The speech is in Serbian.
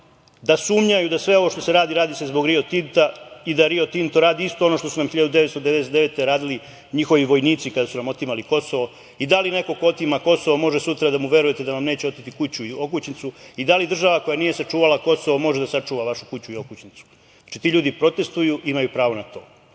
da sumnjaju da sve ovo što se radi radi se zbog Rio Tinta, i da Rio Tinto radi isto ono što su nam 1999. godine radili njihovi vojnici kada su nam otimali Kosovo, i da li neko ko otima Kosovo, može sutra da mu verujete da vam neće oteti kuću ili okućnicu. Da li država koja nije sačuvala Kosovo može da sačuva vašu kuću i okućnicu? Znači, ti ljudi protestuju, imaju pravo na to,